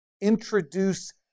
Introduce